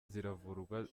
ziravurwa